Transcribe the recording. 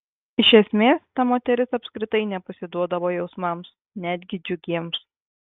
iš esmės ta moteris apskritai nepasiduodavo jausmams netgi džiugiems